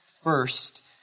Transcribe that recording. first